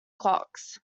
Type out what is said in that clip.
clocks